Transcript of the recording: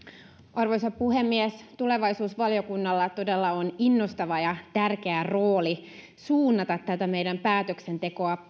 arvoisa puhemies tulevaisuusvaliokunnalla todella on innostava ja tärkeä rooli suunnata tätä meidän päätöksentekoamme